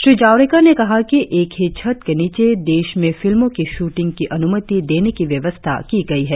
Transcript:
श्री जावड़ेकर ने कहा कि एक ही छत के नीचे देश में फिल्मों की शूटिंग की अनुमति देने की व्यवस्था की गई है